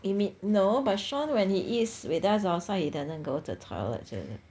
you mean no but shawn when he eats with us outside he doesn't go to toilet